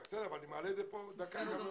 אני אומר לך,